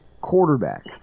Quarterback